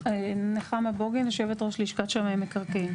נחמה בוגין, יושבת ראש לשכת שמאי מקרקעין.